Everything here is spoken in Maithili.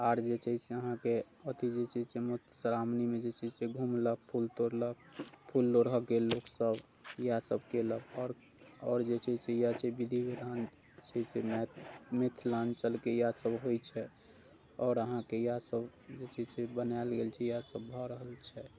आओर जे छै से अहाँकेँ अथी जे छै से मुधश्रावणीमे जे छै से घुमलक फूल तोड़लक फूल लोढ़य गेल लोकसभ इएह सभ कयलक आओर आओर जे छै से इएह छै विधि विधान जे छै से मि मिथिलाञ्चलके इएहसभ होइत छै आओर अहाँकेँ इएहसभ जे छै से बनायल गेल छै इएहसभ भऽ रहल छै